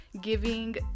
giving